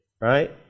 Right